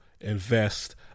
invest